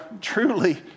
truly